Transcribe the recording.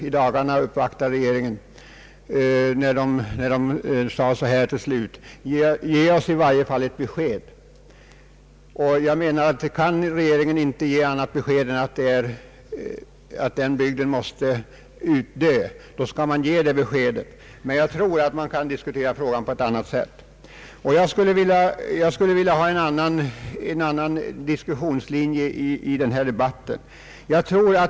i dagarna uppvaktar regeringen, till slut sade: Ge oss i varje fall ett besked! Om regeringen inte kan ge annat besked än att den eller den bygden måste utdö skall den också ge det. Jag tror emellertid att man kan diskutera frågan på ett annat sätt. Jag skulle vilja ha en annan linje i denna debatt.